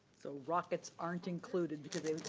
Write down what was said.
the rockets aren't included because they